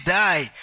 die